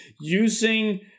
using